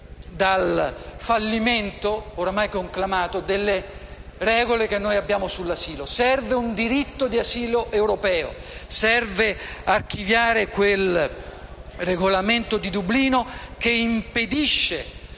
dal fallimento ormai conclamato delle regole che abbiamo sull'asilo. Serve un diritto di asilo europeo, serve archiviare quel Regolamento di Dublino che impedisce